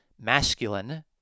masculine